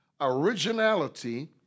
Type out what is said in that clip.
Originality